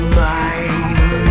mind